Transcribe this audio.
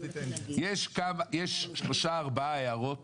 יש שלוש ארבע הערות